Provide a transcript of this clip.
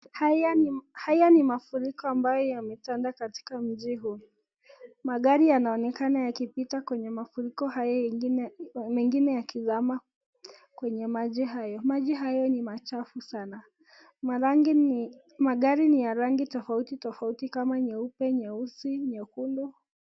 Haya ni haya ni mafuriko ambayo yametanda katika mji huu . Magari yanaonekana yakipita kwenye mafuriko hayo yengine mengine yakizama kwenye maji hayo. Maji hayo ni machafu sana. Marangi ni magari ni ya rangi tofauti tofauti kama nyeupe, nyeusi, nyekundu.